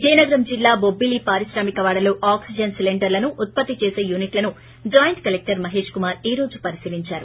విజయనగరం జిల్లా బొబ్బిలీ పారిశ్రామికవాడలో ఆక్సిజన్ సిలీండర్లను ఉత్పత్తి చేస యూనిట్లను జాయింట్ కలెక్టర్ మహేష్ కుమార్ ఈ రోజు పరీశీలిందారు